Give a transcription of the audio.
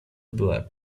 była